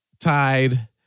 tied